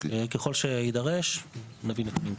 ככל שיידרש נביא נתונים פה.